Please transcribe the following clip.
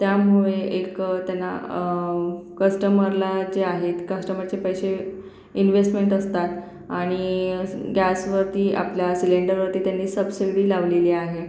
त्यामुळे एक त्यांना कस्टमरला जे आहेत कस्टमरचे पैसे इन्व्हेस्टमेंट असतात आणि स् गॅसवरती आपला सिलेंडरवरती त्यांनी सबसिडी लावलेली आहे